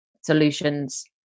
solutions